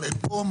אבל פה,